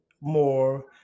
more